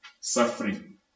suffering